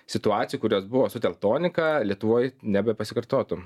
situacijų kurios buvo su teltonika lietuvoj nebepasikartotų